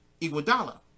Iguodala